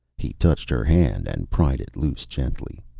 he touched her hand and pried it loose gently.